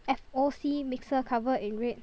F_O_C mixer cover in red